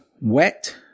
wet